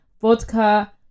Vodka